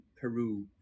Peru